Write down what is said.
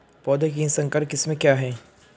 पौधों की संकर किस्में क्या हैं?